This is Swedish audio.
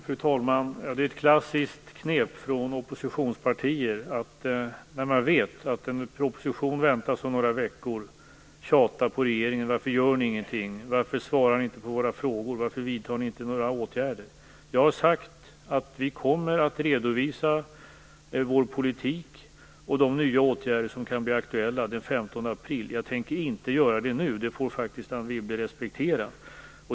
Fru talman! Det är ett klassiskt knep från oppositionspartier att tjata på regeringen när man vet att en proposition väntas om några veckor och fråga: Varför gör ni ingenting? Varför svarar ni inte på våra frågor? Jag har sagt att vi kommer att redovisa vår politik och de nya åtgärder som kan bli aktuella den 15 april. Jag tänker inte göra det nu. Det får faktiskt Anne Wibble respektera.